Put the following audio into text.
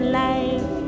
life